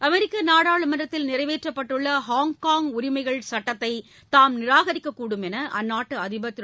அமெரிக்க நாடாளுமன்றத்தில் நிறைவேற்றப்பட்டுள்ள ஹாங்காங் உரிமைகள் சட்டத்தை தாம் நிராகரிக்கக்கூடும் என்று அந்நாட்டு அதிபர் திரு